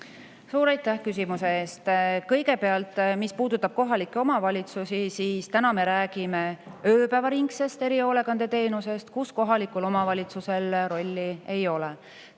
Suur aitäh küsimuse eest! Kõigepealt, mis puudutab kohalikke omavalitsusi, siis täna me räägime ööpäevaringsest erihoolekandeteenusest, kus kohalikul omavalitsusel rolli ei ole.